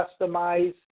customize